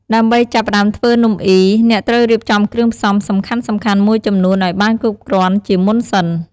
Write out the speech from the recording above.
ដើម្បីចាប់ផ្តើមធ្វើនំអុី អ្នកត្រូវរៀបចំគ្រឿងផ្សំសំខាន់ៗមួយចំនួនឱ្យបានគ្រប់គ្រាន់ជាមុនសិន។